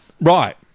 right